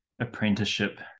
apprenticeship